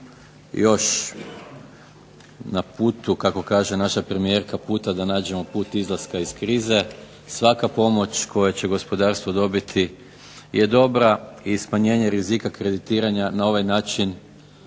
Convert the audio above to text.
još na putu kako kaže naša premijerka puta da nađemo put izlaska iz krize svaka pomoć koju će gospodarstvo dobiti je dobra i smanjenje rizika kreditiranja na ovaj način